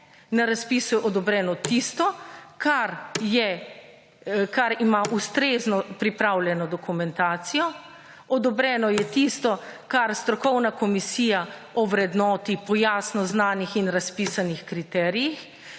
Na razpisu je odobreno tisto, kar je, kar ima ustrezno pripravljeno dokumentacijo, odobreno je tisto, kar strokovna komisija ovrednoti po jasno znanih in razpisanih kriterijih